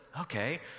okay